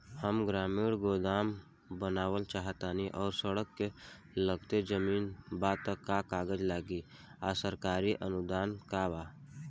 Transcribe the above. हम ग्रामीण गोदाम बनावल चाहतानी और सड़क से लगले जमीन बा त का कागज लागी आ सरकारी अनुदान बा का?